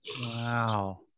wow